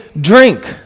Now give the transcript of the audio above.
drink